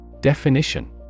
Definition